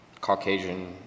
Caucasian